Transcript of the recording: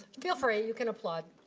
feel free, you can applaud.